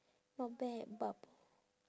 not bad bub~